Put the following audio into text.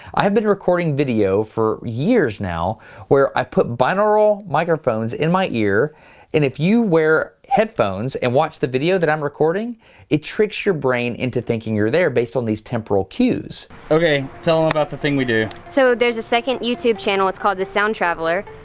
i have been recording video for years now where i put bineural microphones in my ear and if you wear headphones and watch the video that i'm recording it tricks your brain into thinking you're there based on these temporal cues. okay, tell them about the thing we do. briley so there's a second youtube channel. it's called the sound traveler.